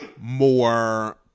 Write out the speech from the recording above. more